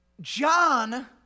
John